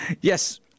Yes